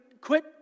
quit